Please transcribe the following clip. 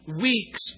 Weeks